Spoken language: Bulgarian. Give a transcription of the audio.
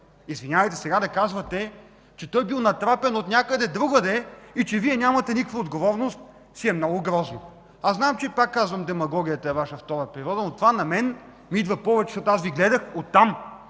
Извинявайте, пък сега да казвате, че той бил натрапен отнякъде другаде и че Вие нямате никаква отговорност, е много грозно. Пак казвам, че демагогията е Ваша втора природа, но това на мен ми идва повече, защото аз Ви гледах от там.